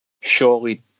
surely